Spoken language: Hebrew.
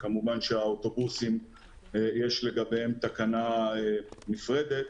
כמובן שלגבי האוטובוסים יש תקנה נפרדת,